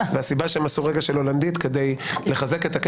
הסיבה שהם עשו רגע של הולנדית הייתה כדי לחזק את